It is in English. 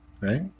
right